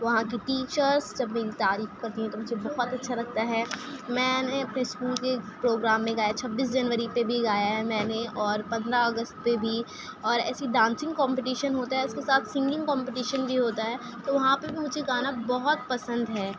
وہاں کی ٹیچرس جب میری تعریف کرتی ہیں تو مجھے بہت اچّھا لگتا ہے میں نے اپنے اسکول کے پروگرام میں گایا چھبیس جنوری پہ بھی گایا ہے میں نے اور پندرہ اگست پہ بھی اور ایسی ڈانسنگ کومپٹیشن ہوتا ہے اس کے ساتھ سنگنگ کومپٹیشن بھی ہوتا ہے تو وہاں پہ بھی مجھے گانا بہت پسند ہے